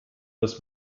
das